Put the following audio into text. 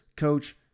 coach